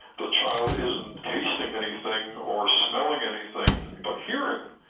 the child isn't tasting anything or smelling anything, but hearing.